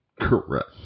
Correct